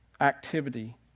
activity